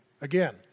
Again